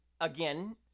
again